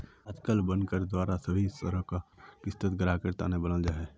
आजकल बनकर द्वारा सभी तरह कार क़िस्त ग्राहकेर तने बनाल जाहा